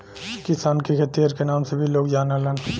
किसान के खेतिहर के नाम से भी लोग जानलन